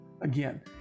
again